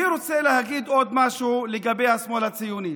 אני רוצה להגיד עוד משהו לגבי השמאל הציוני.